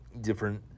different